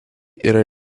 yra